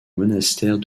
monastère